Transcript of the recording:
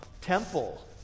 temple